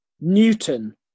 Newton